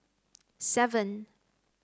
seven